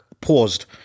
paused